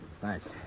thanks